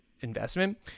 investment